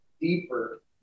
deeper